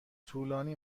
طولانی